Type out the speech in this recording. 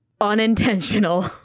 unintentional